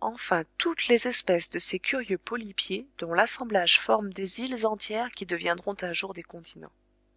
enfin toutes les espèces de ces curieux polypiers dont l'assemblage forme des îles entières qui deviendront un jour des continents